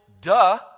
duh